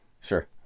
Sure